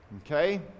Okay